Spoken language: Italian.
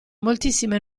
moltissime